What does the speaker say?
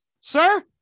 Sir